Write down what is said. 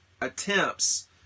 attempts